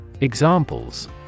Examples